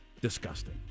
disgusting